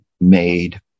made